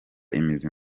imizi